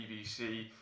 pvc